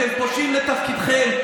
אתם פושעים לתפקידכם.